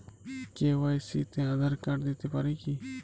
KYC তে Aadhaar card দিতে পারি কি?